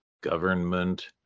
government